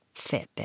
Fitbit